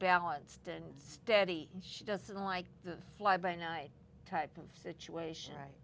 balanced and steady and she doesn't like the fly by night type of situation right